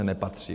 Nepatří.